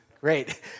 great